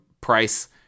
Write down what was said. price